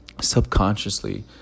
subconsciously